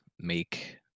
make